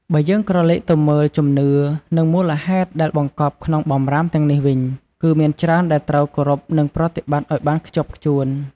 បើយើងក្រឡេកទៅមើលជំនឿ និងមូលហេតុដែលបង្កប់ក្នុងបម្រាមទាំងនេះវិញ គឺមានច្រើនដែលត្រូវគោរពនិងប្រតិបត្តិឲ្យបានខ្ជាប់ខ្ជួន។